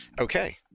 Okay